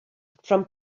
from